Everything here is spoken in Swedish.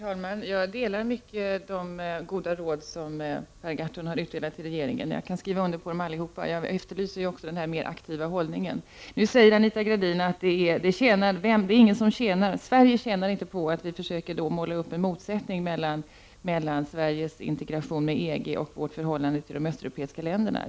Herr talman! Jag instämmer i de goda råd som Per Gahrton har utdelat till regeringen. Jag kan skriva under dem allesammans. Jag efterlyser också en mer aktiv hållning. Anita Gradin säger att Sverige inte tjänar på att vi försöker måla upp en motsättning mellan Sveriges integration med EG och vårt förhållande till de östeuropeiska länderna.